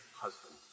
husband